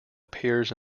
appears